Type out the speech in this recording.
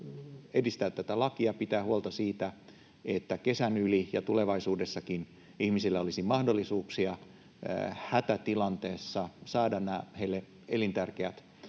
edistää tätä lakia, pitää huolta siitä, että kesän yli ja tulevaisuudessakin ihmisillä olisi mahdollisuuksia hätätilanteessa saada nämä heille elintärkeät